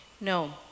No